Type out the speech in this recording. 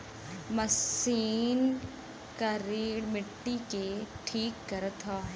machine करेड़ मट्टी के ठीक करत हौ